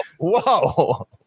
Whoa